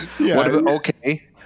okay